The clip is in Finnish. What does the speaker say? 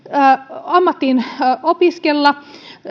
ammattiin opiskella